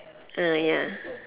ah ya